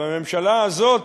והממשלה הזאת,